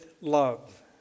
love